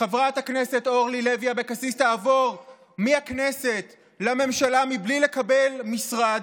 חברת הכנסת אורלי לוי אבקסיס תעבור מהכנסת לממשלה מבלי לקבל משרד?